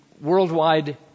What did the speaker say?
Worldwide